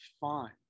fine